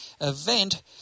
event